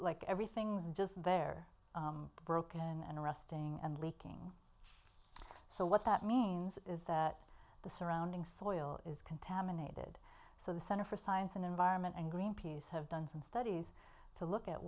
like everything's just they're broken and rusting and leaking so what that means is that the surrounding soil is contaminated so the center for science and environment and greenpeace have done some studies to look at